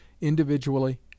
individually